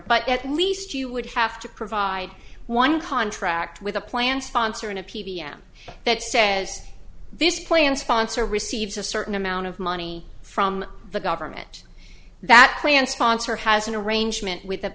but at least you would have to provide one contract with a plan sponsoring a p b m that says this plane sponsor receives a certain amount of money from the government that plan sponsor has an arrangement with